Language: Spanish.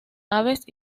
aves